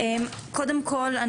קודם כל,